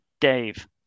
Dave